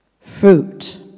Fruit